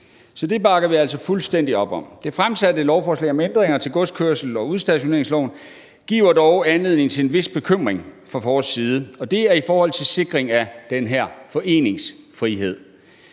Så det bakker vi altså fuldstændig op om. Det fremsatte lovforslag om ændringer til godskørselsloven og udstationeringsloven giver dog anledning til en vis bekymring fra vores side, og det er i forhold til sikring af den her foreningsfrihed.